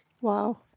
Wow